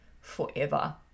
forever